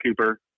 Cooper